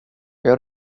jag